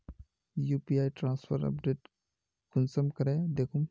UPI transfer update कुंसम करे दखुम?